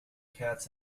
cats